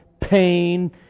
pain